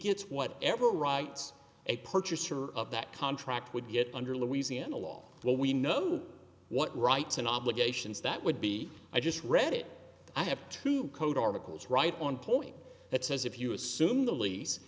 gets what ever rights a purchaser of that contract would get under louisiana law what we know what rights and obligations that would be i just read it i have to code articles right on point that says if you assume the lease